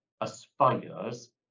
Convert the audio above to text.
aspires